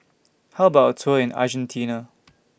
How about A Tour in Argentina